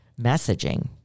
messaging